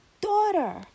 daughter